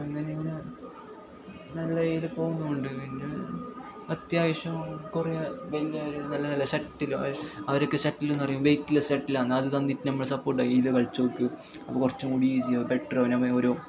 അങ്ങനിങ്ങനെ നല്ല രീതിയിൽ പോകുന്നുണ്ട് പിന്നെ അത്യാവശ്യം കുറേ വലിയ നല്ല നല്ല ഷട്ടിലും അവർക്ക് ഷട്ടിലെന്നു പറയും വെയ്റ്റല്ല ഷട്ടിലാണ് അത് തന്നിട്ട് നമ്മളെ സപ്പോട്ടാക്കിയിട്ട് ഇതു കളിച്ചു നോക്ക് അപ്പോൾ കുറച്ചും കൂടി ഈസിയാകും ബെറ്ററാകും അങ്ങനിങ്ങനെ